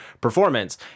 performance